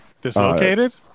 dislocated